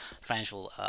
financial